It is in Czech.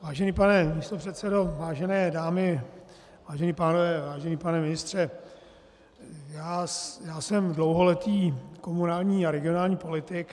Vážený pane místopředsedo, vážené dámy, vážení pánové, vážený pane ministře, já jsem dlouholetý komunální a regionální politik.